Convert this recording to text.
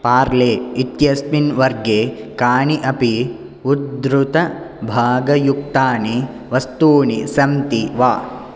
पार्ले इत्यस्मिन् वर्गे कानि अपि उद्धृतभागयुक्तानि वस्तूनि सन्ति वा